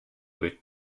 with